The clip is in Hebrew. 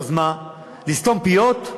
נו, אז מה, לסתום פיות?